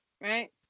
right